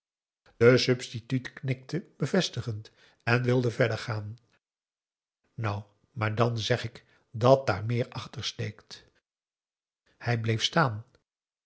de substituut knikte bevestigend en wilde verder gaan nou maar dan zeg ik dat daar meer achter steekt hij bleef staan